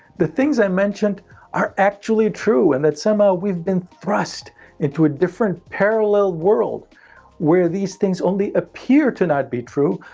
the things i mentioned are actually true, and that somehow we have been thrust into a different parallel world where these things only appear to not be true,